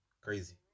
Crazy